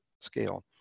scale